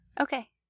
Okay